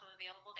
available